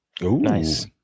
nice